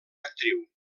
actriu